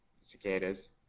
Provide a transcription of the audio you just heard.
Cicadas